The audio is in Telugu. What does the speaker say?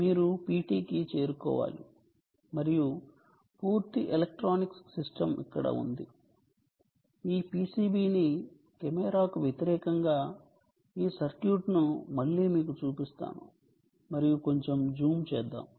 మీరు PT కి చేరుకోవాలి మరియు పూర్తి ఎలక్ట్రానిక్స్ సిస్టమ్ ఇక్కడ ఉంది ఈ PCB ని కెమెరాకు వ్యతిరేకంగా ఈ సర్క్యూట్ ను మళ్ళీ మీకు చూపిస్తాను మరియు కొంచెం జూమ్ చేద్దాం